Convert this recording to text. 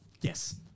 Yes